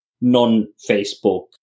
non-Facebook